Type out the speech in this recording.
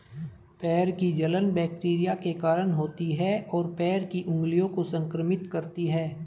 पैर की जलन बैक्टीरिया के कारण होती है, और पैर की उंगलियों को संक्रमित करती है